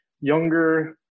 younger